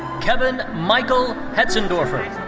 kevin michael hetzendorfer.